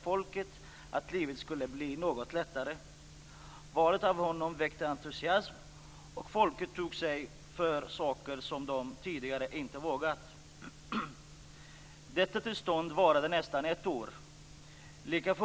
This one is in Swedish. Pojkens s.k. brott var alltså att han ville få en utbildning. Folkrepubliken Kina har skrivit på också den andra av FN:s konventioner om politiska och medborgerliga rättigheter.